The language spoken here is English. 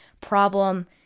problem